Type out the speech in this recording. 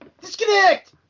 Disconnect